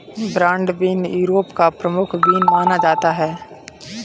broad bean Europe का प्रमुख bean माना जाता है